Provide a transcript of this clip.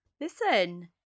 Listen